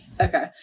Okay